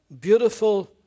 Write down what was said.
beautiful